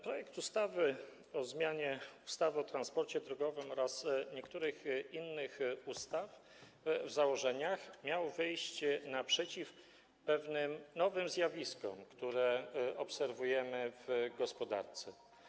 Projekt ustawy o zmianie ustawy o transporcie drogowym oraz niektórych innych ustaw w założeniu miał wyjść naprzeciw pewnym nowym zjawiskom, które obserwujemy w gospodarce.